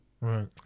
Right